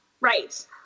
right